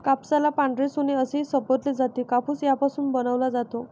कापसाला पांढरे सोने असेही संबोधले जाते, कापूस यापासून बनवला जातो